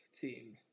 team